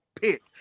pick